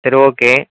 சரி ஓகே